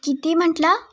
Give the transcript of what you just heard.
किती म्हटला